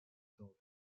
adult